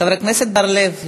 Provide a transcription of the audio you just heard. חבר הכנסת בר-לב,